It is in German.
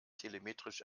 telemetrisch